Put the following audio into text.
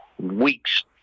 weeks